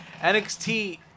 NXT